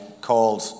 called